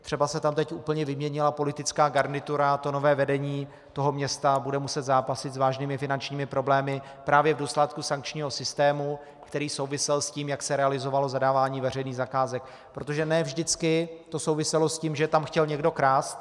Třeba se tam teď úplně vyměnila politická garnitura a nové vedení města bude muset zápasit s vážnými finančními problémy právě v důsledku sankčního systému, který souvisel s tím, jak se realizovalo zadávání veřejných zakázek, protože ne vždycky to souviselo s tím, že tam chtěl někdo krást.